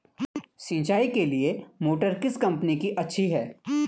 सिंचाई के लिए मोटर किस कंपनी की अच्छी है?